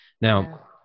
Now